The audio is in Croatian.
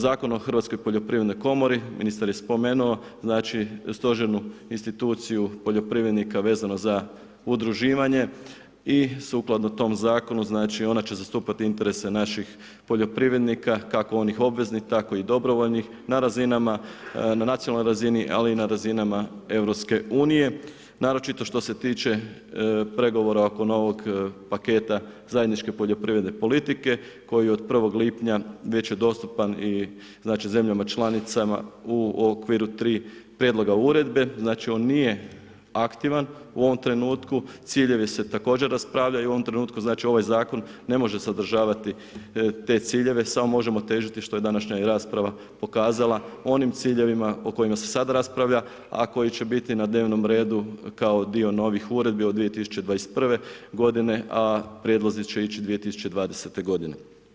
Zakon o hrvatskoj poljoprivrednoj komori, ministar je spomenuo stožernu instituciju poljoprivrednika vezano za udruživanje i sukladno tom zakonu ona će zastupati interese naših poljoprivrednika kako onih obveznih, tako i dobrovoljnih na nacionalnoj razini, ali i na razinama EU, naročito što se tiče pregovora oko novog paketa zajedničke poljoprivredne politike koji od 1. lipnja bit će dostupan i zemljama članicama u okviru tri prijedloga uredbe, znači on nije aktivan u ovom trenutku, ciljevi se također raspravljaju u ovom trenutku, znači ovaj zakon ne može sadržavati te ciljeve, samo možemo težiti, što je današnja i rasprava pokazala, onim ciljevima o kojima se sada raspravlja, a koji će biti na dnevnom redu kao dio novih uredbi od 2021. godine, a prijedlozi će ići 2020. godine.